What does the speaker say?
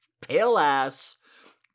pale-ass